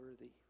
worthy